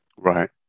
Right